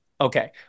okay